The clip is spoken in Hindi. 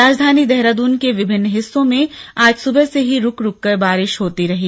राजधानी देहरादून के विभिन्न हिस्सों में आज सुबह से ही रुक रुककर बारिश होती रही